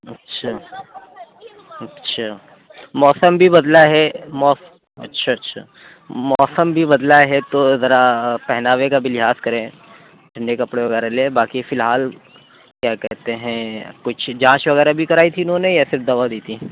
اچھا اچھا موسم بھی بدلا ہے موسم اچھا اچھا موسم بھی بدلا ہے تو ذرا پہنواوے کا بھی لحاظ کریں ٹھنڈے کپڑے وغیرہ لیں باقی فی الحال کیا کہتے ہیں کچھ جانچ وغیرہ بھی کرائی تھی اِنہوں نے یا صرف دوا دی تھی